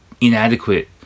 inadequate